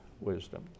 wisdom